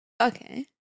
Okay